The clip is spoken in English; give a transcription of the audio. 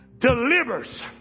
delivers